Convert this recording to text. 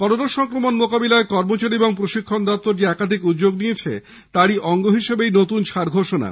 corona সংক্রমণ মোকাবিলায় কর্মচারী ও প্রশিক্ষণ দপ্তর যে একাধিক উদ্যোগ নিয়েছে তারই অঙ্গ হিসেবে এই ছাড় ঘোষণা